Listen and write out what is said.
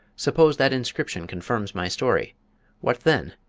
suppose that inscription confirms my story what then?